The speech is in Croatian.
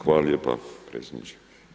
Hvala lijepa predsjediče.